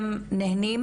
הם נהנים